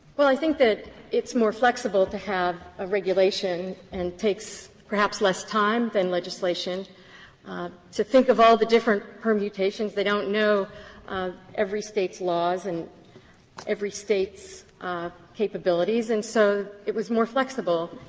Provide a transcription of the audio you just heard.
well, i think that it's more flexible to have a regulation, and takes perhaps less time than legislation to think of all the different permutations. they don't know every state's laws and every state's capabilities. and so it was more flexible.